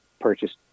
purchased